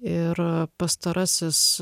ir pastarasis